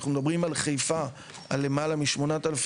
אנחנו מדברים בחיפה על למעלה מ-8,000